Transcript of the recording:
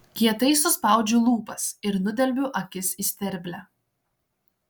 kietai suspaudžiu lūpas ir nudelbiu akis į sterblę